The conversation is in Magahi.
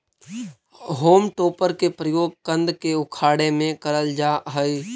होम टॉपर के प्रयोग कन्द के उखाड़े में करल जा हई